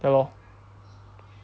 ya lor